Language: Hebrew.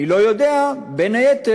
אני לא יודע, בין היתר,